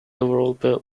overall